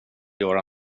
göra